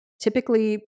typically